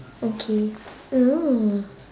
okay no